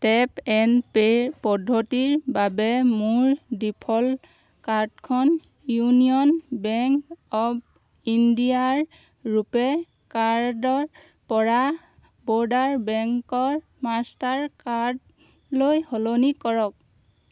tap and pay পদ্ধতিৰ বাবে মোৰ ডিফ'ল্ট কাৰ্ডখন ইউনিয়ন বেংক অৱ ইণ্ডিয়াৰ ৰুপে' কাৰ্ডৰ পৰা বৰোদাৰ বেংকৰ মাষ্টাৰ কাৰ্ডলৈ সলনি কৰক